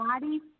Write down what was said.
body